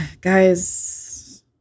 Guys